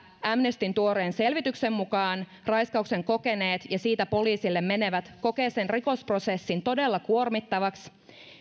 amnestyn tuoreen selvityksen mukaan raiskauksen kokeneet ja siitä poliisille menevät kokevat sen rikosprosessin todella kuormittavaksi